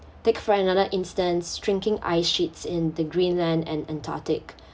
take for another instance shrinking ice sheets in the greenland and antarctic